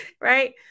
right